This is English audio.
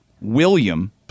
William